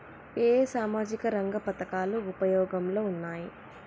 ఏ ఏ సామాజిక రంగ పథకాలు ఉపయోగంలో ఉన్నాయి?